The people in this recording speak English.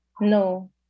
No